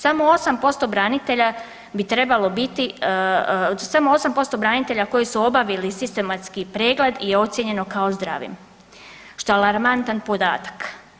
Samo 8% branitelja bi trebalo biti, samo 8% branitelja koji su obavili sistematski pregled je ocijenjeno kao zdravim što je alarmantan podatak.